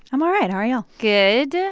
i'm all right. how are you all? good.